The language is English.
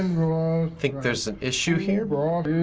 i think there's an issue here. but